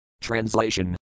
Translation